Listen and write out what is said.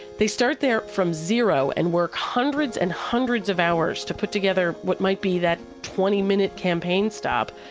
they start there from zero and work hundreds and hundreds of hours to put together what might be that twenty minute campaign stop.